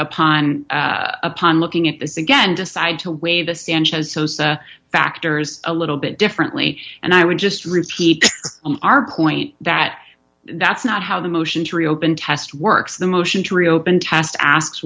upon upon looking at this again decided to waive the sanchez sosa factors a little bit differently and i would just repeat our point that that's not how the motion to reopen test works the motion to reopen test asks